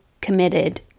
committed